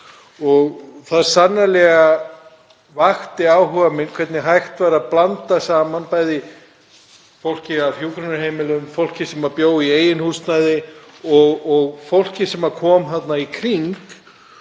vakti sannarlega áhuga minn á hvernig hægt væri að blanda saman fólki af hjúkrunarheimilum, fólki sem bjó í eigin húsnæði og fólki sem kom þarna í kring